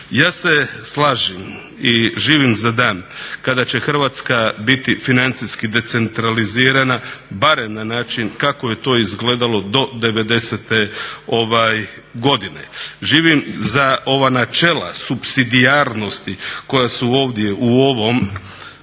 Ja se slažem i živim za dan kada će Hrvatska biti financijski decentralizirana barem na način kako je to izgledalo do '90.godine, živim za ova načela supsidijarnosti koja su ovdje u ovom